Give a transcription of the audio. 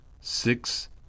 six